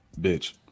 bitch